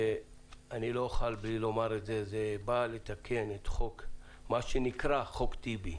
זה בא לתקן את מה שנקרא חוק טיבי.